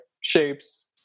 shapes